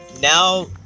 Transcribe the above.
now